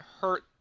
hurt